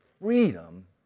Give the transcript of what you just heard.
freedom